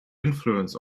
influence